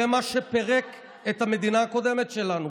זה מה שפירק את המדינה הקודמת שלנו.